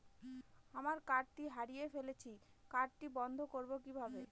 আমার কার্ডটি হারিয়ে ফেলেছি কার্ডটি বন্ধ করব কিভাবে?